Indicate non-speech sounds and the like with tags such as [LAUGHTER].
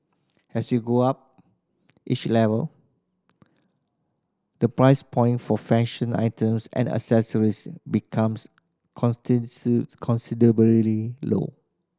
as you go up each level the price point for fashion items and accessories becomes [UNINTELLIGIBLE] considerably low